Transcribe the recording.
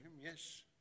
Yes